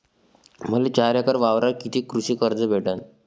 मले चार एकर वावरावर कितीक कृषी कर्ज भेटन?